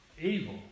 evil